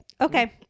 okay